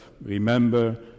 Remember